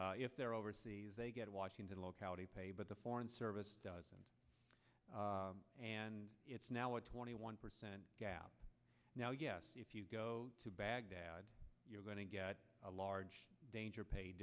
if they're overseas they get washington locality pay but the foreign service doesn't and it's now a twenty one percent gap now yes if you go to baghdad you're going to get a large danger pa